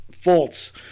faults